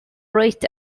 raised